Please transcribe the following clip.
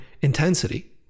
intensity